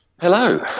Hello